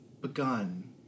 begun